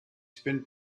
spent